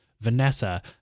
Vanessa